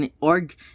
org